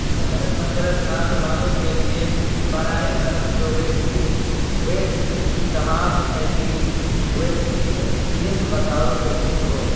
سترہ پندرہ سال والوں کے لیے برائے کرم کوویکسین ویکسین کی تمام ایسی ویکسینیں کلنک بتاؤ جو مفت ہوں